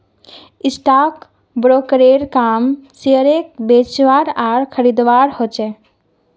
stock ब्रोकरेर काम शेयरक बेचवार आर खरीदवार ह छेक